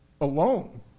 Alone